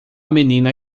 menina